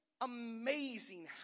amazing